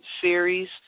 series